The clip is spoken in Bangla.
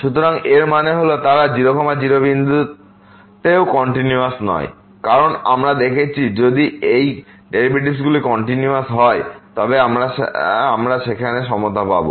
সুতরাং এর মানে হল তারা 00 এও কন্টিনিউয়াসনয় কারণ আমরা দেখেছি যদি এই ডেরিভেটিভগুলি কন্টিনিউয়াসহয় তবে আমরা সেখানে সমতা পাব